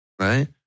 Right